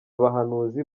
abahanuzi